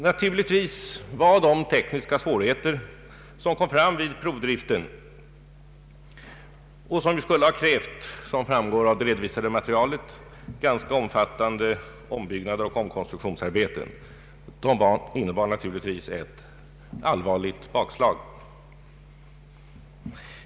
Naturligtvis innebar de tekniska svårigheter som kom fram vid provdriften och vilka, som framgår av det redovisade materialet, skulle ha krävt ganska omfattande ombyggnadsoch omkonstruktionsarbeten ett allvarligt bakslag.